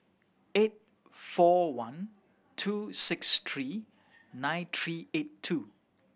eight four one two six three nine three eight two